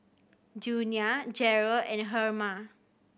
Junia Jarrell and Herma